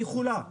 היא יכולה.